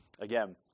again